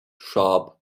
sharp